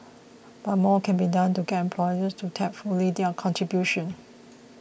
but more can be done to get employers to tap fully their contribution